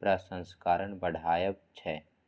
प्रसंस्करण बढ़ायब छै